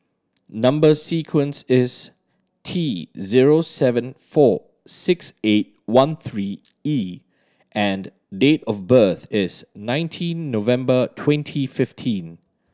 number sequence is T zero seven four six eight one three E and date of birth is nineteen November twenty fifteen